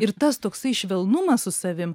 ir tas toksai švelnumas su savim